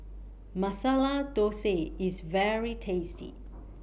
Masala Thosai IS very tasty